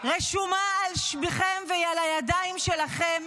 רשומה על שמכם, והיא על הידיים שלכם,